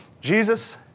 Jesus